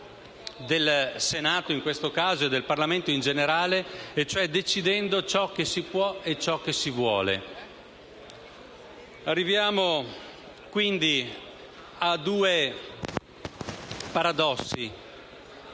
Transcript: del Senato in questo caso, ma in generale del Parlamento, decidendo ciò che si può e ciò che si vuole. Arriviamo quindi a due paradossi.